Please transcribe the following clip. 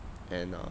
and uh